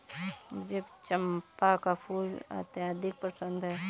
मुझे चंपा का फूल अत्यधिक पसंद है